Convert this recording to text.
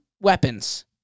weapons